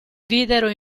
videro